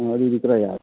ꯑꯥ ꯑꯗꯨꯗꯤ ꯀꯔꯥꯏ ꯌꯥꯔꯅꯤ